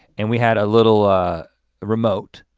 and we had a little ah remote.